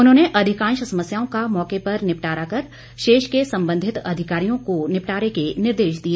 उन्होंने अधिकांश समस्याओं का मौके पर निपटारा कर शेष के संबंधित अधिकारियों को निपटारे के निर्देश दिए